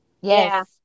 Yes